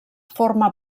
forma